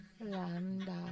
Lambda